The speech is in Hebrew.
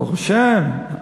ברוך השם,